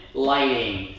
lighting,